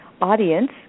audience